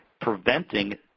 preventing